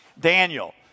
Daniel